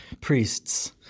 priests